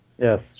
Yes